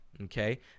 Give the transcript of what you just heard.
okay